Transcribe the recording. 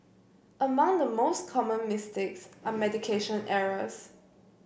among the most common mistakes are medication errors